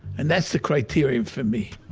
and that's the criterion for me